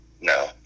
No